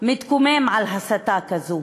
מתקומם על הסתה כזו,